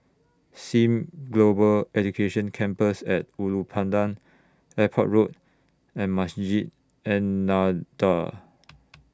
SIM Global Education Campus At Ulu Pandan Airport Road and Masjid An Nahdhah